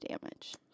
damage